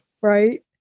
right